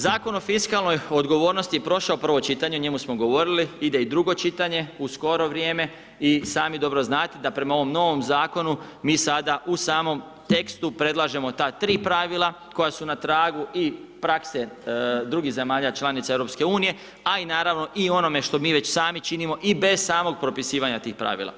Zakon o fiskalnoj odgovornosti je prošao prvo čitanje, o njemu smo govorili, ide i drugo čitanje u skoro vrijeme i sami dobro znate da prema ovom novom zakonu mi sada u samom tekstu predlažemo ta tri pravila koja su na tragu i prakse drugih zemalja članica EU a i naravno i u onome što mi već sami činimo i bez samog propisivanja tih pravila.